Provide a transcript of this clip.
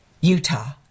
utah